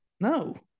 No